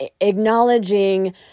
acknowledging